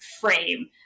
frame